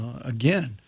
Again